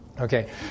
Okay